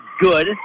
good